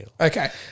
Okay